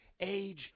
age